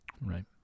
Right